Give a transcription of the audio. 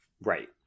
Right